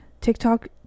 TikTok